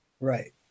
right